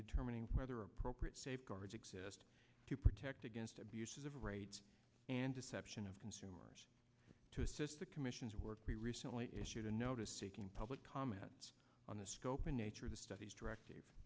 determining whether appropriate safeguards exist to protect against abuses of rates and deception of consumers to assist the commission's work we recently issued a notice seeking public comment on the scope and nature of the study's directive